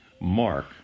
Mark